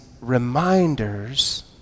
reminders